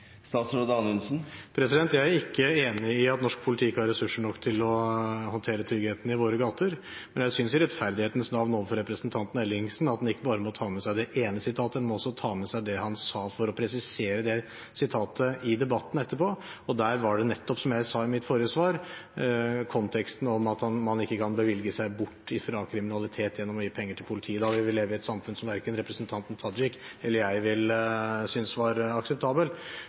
Jeg er ikke enig i at norsk politi ikke har ressurser nok til å håndtere tryggheten i våre gater. Men jeg synes, i rettferdighetens navn overfor representanten Ellingsen, at man ikke bare må ta med seg det ene sitatet, man må også ta med seg det han sa for å presisere det sitatet i debatten etterpå. Det var nettopp, som jeg sa i mitt forrige svar, konteksten om at man ikke kan bevilge seg bort fra kriminalitet gjennom å gi penger til politiet. Da ville vi leve i et samfunn som verken representanten Tajik eller jeg vil synes var